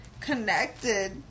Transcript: connected